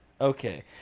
Okay